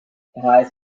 highest